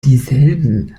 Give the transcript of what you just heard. dieselben